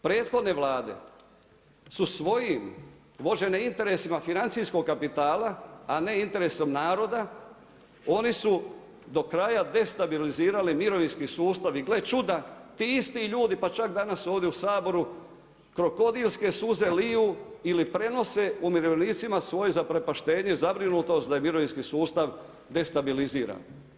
Prethodne Vlade su svojim, vođene interesima financijskog kapitala a ne interesom naroda, oni su do kraja destabilizirali mirovinski sustav i gle čuda, ti isti ljudi, pa čak danas ovdje u Saboru krokodilske suze liju ili prenose umirovljenicima svoje zaprepaštenje, zabrinutost da je mirovinski sustav destabiliziran.